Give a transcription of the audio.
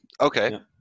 Okay